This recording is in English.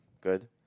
good